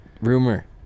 Rumor